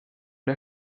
der